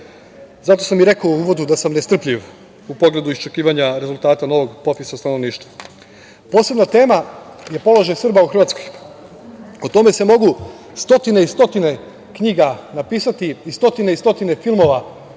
Zato sam i rekao u uvodu da sam nestrpljiv u pogledu iščekivanja rezultata novog popisa stanovništva. Posebna tema je položaj Srba u Hrvatskoj. O tome se mogu stotine i stotine knjiga napisati i stotine i stotine filmova